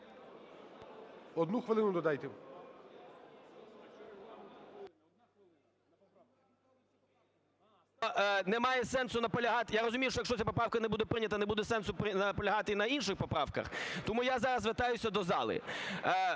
Одну хвилину додайте.